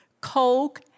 Coke